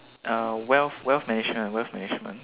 uh wealth wealth management wealth management